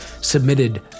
submitted